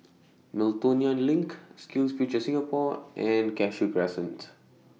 Miltonia LINK SkillsFuture Singapore and Cashew Crescent